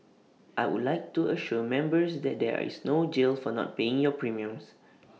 I would like to assure members that there is no jail for not paying your premiums